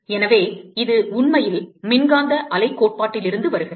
எனவே இது உண்மையில் மின்காந்த அலைக் கோட்பாட்டிலிருந்து வருகிறது